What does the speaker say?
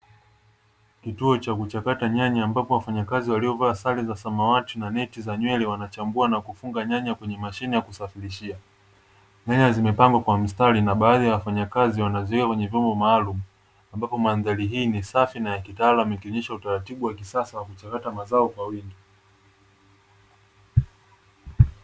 Kituo cha kuchakata nyanya ambapo wafanyakazi waliovaa sare za samawati na neti za nywele wanachambua na kufunga nyanya kwenye mashine ya kusafirishia. Nyanya zimepangwa kwa mstari na baadhi ya wafanyakazi wanazuia kwenye vyombo maalumu, ambapo mandhari hii ni safi na ya kitaalamu amekionyesha utaratibu wa kisasa wa kuchakata mazao kwa wingi.